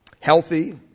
healthy